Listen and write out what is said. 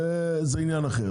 זה כבר עניין אחר.